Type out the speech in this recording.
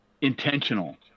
intentional